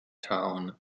town